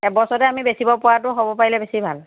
এবছৰতে আমি বেচিব পৰাটো হ'ব পাৰিলে বেছি ভাল